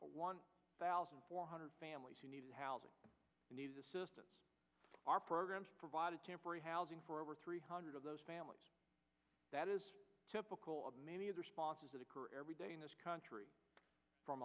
one thousand four hundred families who need housing needs assistance our programs provide a temporary housing for over three hundred of those families that is typical of many other sponsors that occur every day in this country from